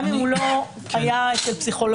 גם אם הוא לא היה אצל פסיכולוג.